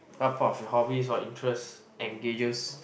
what part of your hobbies or interests engages